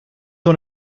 one